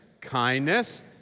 kindness